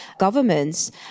governments